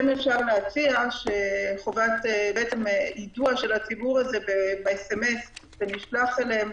כן אפשר להציע שיידוע של הציבור הזה ב-sms שנשלח אליהם,